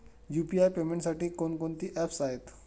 UPI पेमेंटसाठी कोणकोणती apps आहेत?